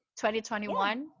2021